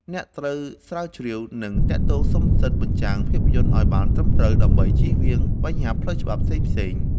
អ្នកត្រូវស្រាវជ្រាវ និងទាក់ទងសុំសិទ្ធិបញ្ចាំងភាពយន្តឱ្យបានត្រឹមត្រូវ ដើម្បីចៀសវាងបញ្ហាផ្លូវច្បាប់ផ្សេងៗ។